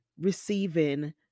receiving